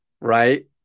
Right